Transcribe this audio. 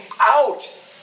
out